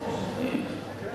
או שאני,